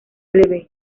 leve